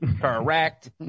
correct